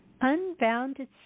Unbounded